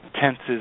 tenses